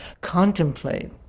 contemplate